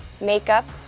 Makeup